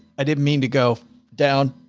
i didn't mean to go down,